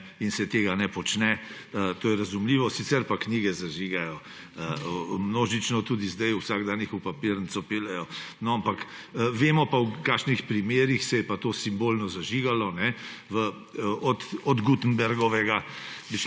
in se tega ne počne. To je razumljivo. Sicer pa knjige zažigajo množično tudi zdaj. Vsak dan jih v papirnico peljejo. Ampak vemo pa, v kakšnih primerih se je to simbolno zažigalo, od Gutenbergovega